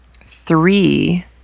three